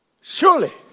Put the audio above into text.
surely